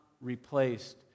replaced